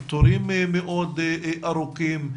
תורים מאוד ארוכים,